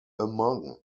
among